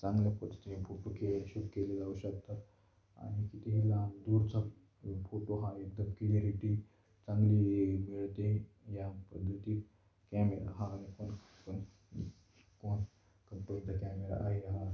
चांगल्या पद्धतीचे फोटो के शूट केलेला असू शकतो आणि किती लांब दूरचा फोटो हा एकदम क्लिरिटी चांगली मिळते या पद्धतीत कॅमेरा हा आणि कोण निकोन कंपनीचा कॅमेरा आहे र ह